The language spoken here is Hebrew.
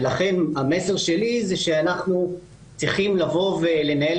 ולכן המסר שלי זה שאנחנו צריכים לבוא ולנהל